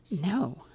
No